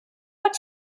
what